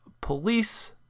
police